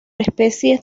especies